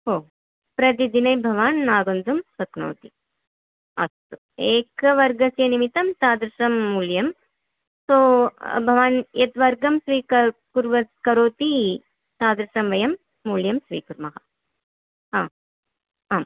हो प्रतिदिने भवान् आगन्तुं शक्नोति अस्तु एकवर्गस्य निमित्तं तादृशं मूल्यं सो भवान् यद्वर्गं स्वीक कुर्व करोति तादृशं वयं मूल्यं स्वीकुर्मः आम् आं